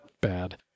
bad